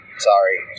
sorry